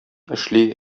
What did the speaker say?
эшли